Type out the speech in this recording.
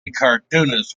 cartoonist